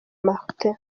martin